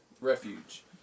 Refuge